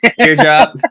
teardrop